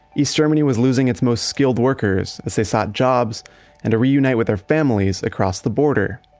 east germany was losing it's most skilled workers as they sought jobs and to reunite with their families across the border.